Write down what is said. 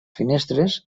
finestres